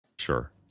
Sure